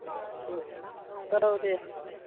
उम दे औ दे